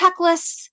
checklists